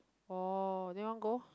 orh then want go